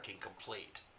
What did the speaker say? complete